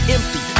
Empty